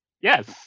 Yes